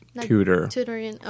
tutor